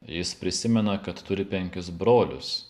jis prisimena kad turi penkis brolius